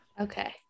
Okay